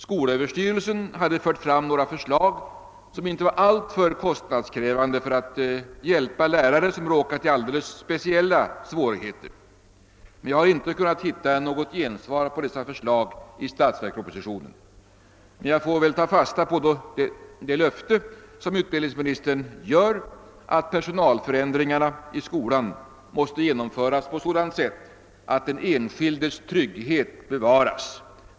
Skolöverstyrelsen hade fört fram några inte alltför kostnadskrävande förslag för att hjälpa lärare som råkat i alldeles speciella svårigheter, men jag har inte kunnat hitta något gensvar på dessa förslag i statsverkspropositionen. Jag får väl ta fasta på utbildningsministerns löfte att personalförändringarna i skolan måste genomföras på sådant sätt att den enskildes trygghet bevaras.